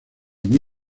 muy